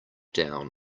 down